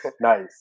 Nice